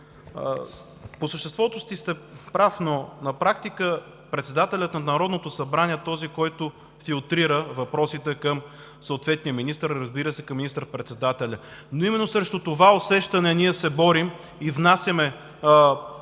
По същество сте прав, но на практика председателят на Народното събрание е този, който филтрира въпросите към съответния министър, разбира се, към министър-председателя. Но именно срещу това усещане ние се борим и внасяме